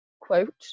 quote